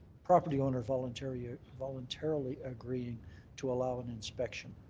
property owner voluntarily yeah voluntarily agreeing to allow an inspection.